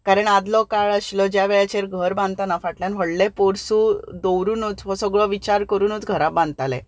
कारण आदलो काळ आशिल्लो ज्या वेळाचेर घर बांदतना फाटल्यान व्हडलें पोरसूं दवरुनूच हो सगळो विचार करुनूच घरा बांदताले